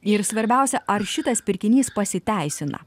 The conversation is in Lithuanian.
ir svarbiausia ar šitas pirkinys pasiteisina